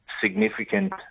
significant